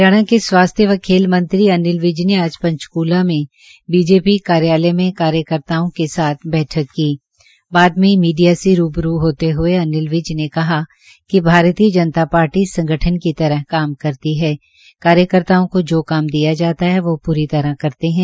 हरियाणा के स्वास्थ्य व खेल मंत्री अनिल विज ने आज पंचकूला में बीजेपी कार्यालय में कार्यकर्ताओं के साथ बैठक की बाद में मीडियासे रूबरू होते हये अनिल विज ने कहा कि भारतीय जनता पार्टी संगठन की तरह काम करती है कार्यकर्ताओं को जो काम दिया जाता है वे पूरी तरह करते है